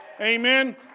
Amen